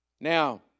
Now